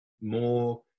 more